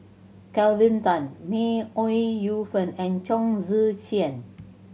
Kelvin Tan May Ooi Yu Fen and Chong Tze Chien